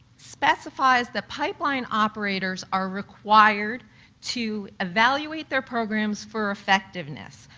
specifies the pipeline operators are required to evaluate their programs for effectiveness,